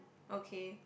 okay